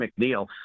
McNeil